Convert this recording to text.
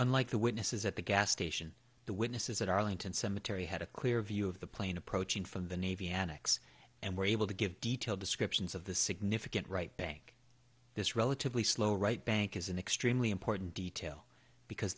unlike the witnesses at the gas station the witnesses at arlington cemetery had a clear view of the plane approaching from the navy annex and were able to give detailed descriptions of the significant right bank this relatively slow right bank is an extremely important detail because